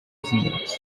museums